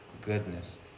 goodness